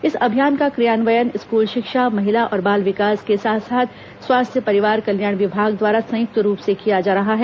इस अभियान का क्रियान्वयन स्कूल शिक्षा महिला और बाल विकास के साथ स्वास्थ्य परिवार कल्याण विभाग द्वारा संयुक्त रूप से किया जा रहा है